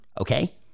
okay